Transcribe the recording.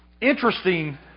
interesting